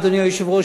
אדוני היושב-ראש,